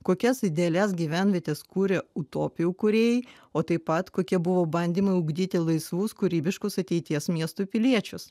kokias idealias gyvenvietes kūrė utopijų kūrėjai o taip pat kokie buvo bandymai ugdyti laisvus kūrybiškus ateities miestų piliečius